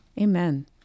Amen